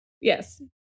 Yes